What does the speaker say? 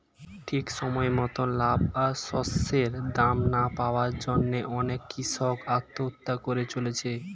ঠিক সময় মতন লাভ আর শস্যের দাম না পাওয়ার জন্যে অনেক কূষক আত্মহত্যা করে চলেছে